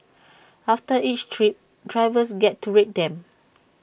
after each trip drivers get to rate them